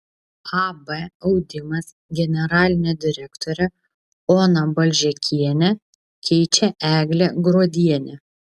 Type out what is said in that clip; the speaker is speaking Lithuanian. ab audimas generalinę direktorę oną balžekienę keičia eglė gruodienė